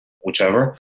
whichever